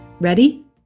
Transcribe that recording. Ready